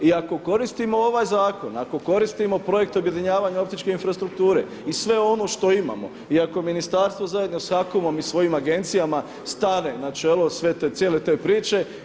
I ako koristimo ovaj zakon, ako koristimo projekte objedinjavanja optičke infrastrukture i sve ono što imamo i ako ministarstvo zajedno sa HAKOM-om i svojim agencijama stane na čelo sve te, cijele te priče.